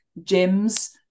gyms